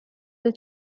will